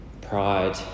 pride